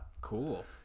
Cool